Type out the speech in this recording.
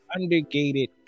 Undergated